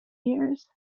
years